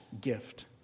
gift